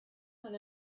than